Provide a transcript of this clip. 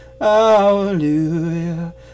hallelujah